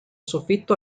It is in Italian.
soffitto